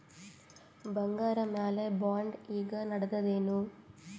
ಬಂಗಾರ ಮ್ಯಾಲ ಬಾಂಡ್ ಈಗ ನಡದದೇನು?